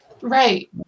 right